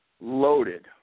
loaded